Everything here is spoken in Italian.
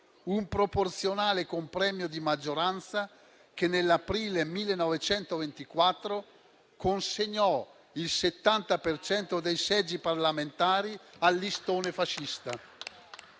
un proporzionale con premio di maggioranza che nell'aprile 1924 consegnò il 70 per cento dei seggi parlamentari al listone fascista.